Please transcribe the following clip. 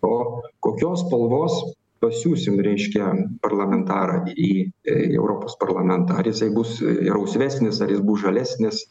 o kokios spalvos pasiųsim reiškia parlamentarą į europos parlamentą ar jisai bus rausvesnis ar jis bus žalesnis